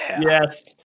yes